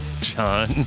John